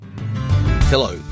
Hello